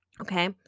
Okay